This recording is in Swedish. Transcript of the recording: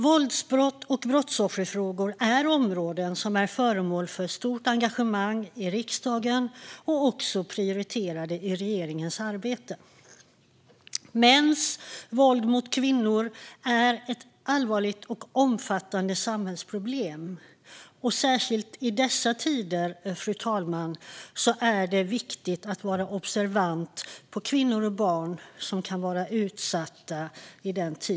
Våldsbrott och brottsofferfrågor är områden som är föremål för stort engagemang i riksdagen och också prioriterade i regeringens arbete. Mäns våld mot kvinnor är ett allvarligt och omfattande samhällsproblem. Särskilt i dessa tider, fru talman, är det viktigt att vara observant på kvinnor och barn som kan vara utsatta.